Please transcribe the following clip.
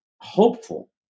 hopeful